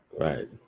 Right